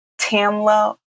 Tamla